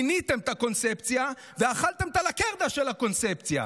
מיניתם את הקונספציה ואכלתם את הלקרדה של הקונספציה.